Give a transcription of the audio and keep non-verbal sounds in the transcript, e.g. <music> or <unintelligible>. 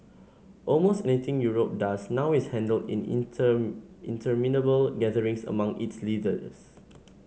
almost anything Europe does now is handled in <unintelligible> interminable gatherings among its leaders